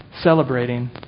celebrating